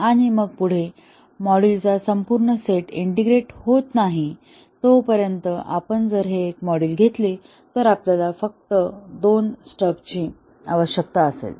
आणि मग पुढे मॉड्यूलचा संपूर्ण सेट इंटिग्रेट होत नाही तोपर्यंत आपण जर हे एक मॉड्यूल घेतले तर आपल्याला फक्त दोन स्टब्सची आवश्यकता असेल